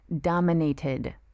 dominated